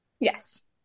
Yes